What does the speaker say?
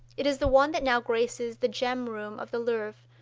it is the one that now graces the gem-room of the louvre.